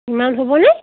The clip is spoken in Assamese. ইমান হ'বনে